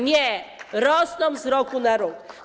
Nie, rosną z roku na rok.